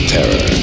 Terror